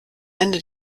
ende